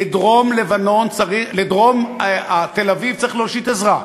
לדרום תל-אביב צריך להושיט עזרה.